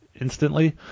instantly